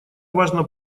важно